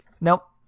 Nope